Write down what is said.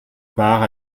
part